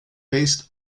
based